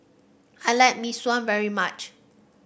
I like Mee Sua very much